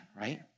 right